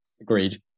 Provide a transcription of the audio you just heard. Agreed